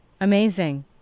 Amazing